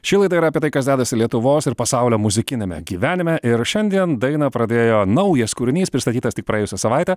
ši laida yra apie tai kas dedasi lietuvos ir pasaulio muzikiniame gyvenime ir šiandien dainą pradėjo naujas kūrinys pristatytas tik praėjusią savaitę